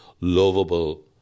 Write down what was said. lovable